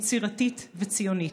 יצירתית וציונית.